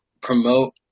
promote